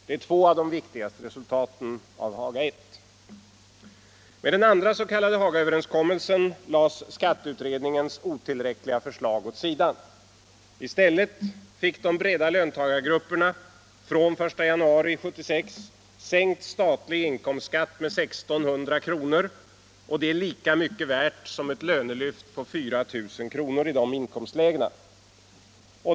Det är två av de viktigaste resultaten av Haga I. Med den andra s.k. Hagaöverenskommelsen lades skatteutredningens otillräckliga förslag åt sidan. I stället fick de breda löntagargrupperna från den 1 januari 1976 sänkt statlig inkomstskatt med 1600 kr. och det är lika mycket värt som ett lönelyft på 4 000 kr. i de inkomstlägena.